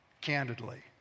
candidly